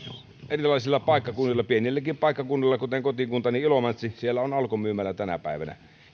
erilaisilla paikkakunnilla pienilläkin paikkakunnilla kuten kotikunnassani ilomantsissa alkon myymälä tänä päivänä